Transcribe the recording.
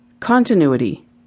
Continuity